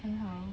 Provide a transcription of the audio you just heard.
很好